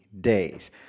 days